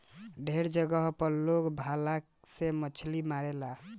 ढेरे जगह पर लोग भाला से मछली मारेला